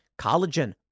collagen